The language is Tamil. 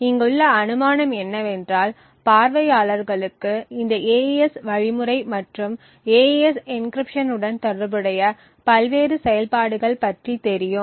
இங்குள்ள அனுமானம் என்னவென்றால் பார்வையாளர்களுக்கு இந்த AES வழிமுறை மற்றும் AES என்க்ரிப்ஷன் உடன் தொடர்புடைய பல்வேறு செயல்பாடுகள் பற்றி தெரியும்